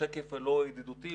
השקף לא ידידותי,